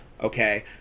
Okay